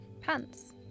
Pants